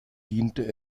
diente